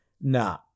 nah